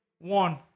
one